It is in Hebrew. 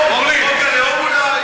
חוק הלאום אולי?